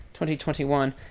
2021